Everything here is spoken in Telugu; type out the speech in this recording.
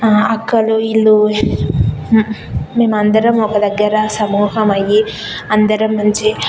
అక్కలు వీళ్ళు మేమందరం ఒకదగ్గర సమ్మూహమయ్యి అందరం మంచి